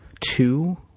two